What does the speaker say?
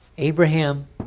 Abraham